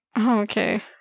okay